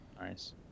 Nice